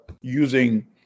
using